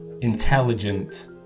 intelligent